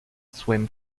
swim